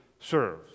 serve